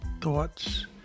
thoughts